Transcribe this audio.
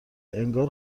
انگار